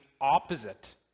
opposite